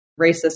racist